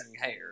hair